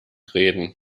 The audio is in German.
reden